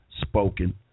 spoken